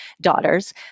daughters